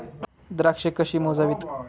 द्राक्षे कशी मोजावीत?